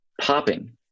popping